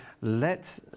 let